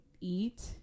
eat